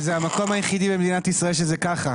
וזה המקום היחידי במדינת ישראל שזה ככה,